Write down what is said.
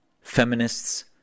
feminists